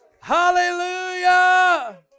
Hallelujah